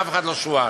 אף אחד לא שועל.